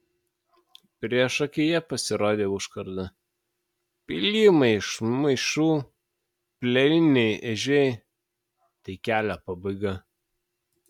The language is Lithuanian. priešakyje pasirodė užkarda pylimai iš maišų plieniniai ežiai tai kelio pabaiga